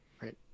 Right